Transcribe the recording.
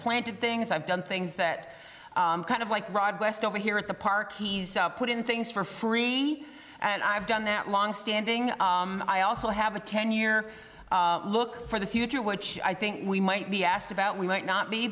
planted things i've done things that kind of like rod west over here at the park he's put in things for free and i've done that longstanding i also have a ten year look for the future which i think we might be asked about we might not be